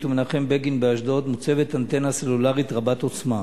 ומנחם בגין באשדוד מוצבת אנטנה סלולרית רבת עוצמה.